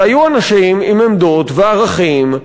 שהיו אנשים עם עמדות וערכים,